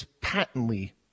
patently